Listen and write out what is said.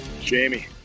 Jamie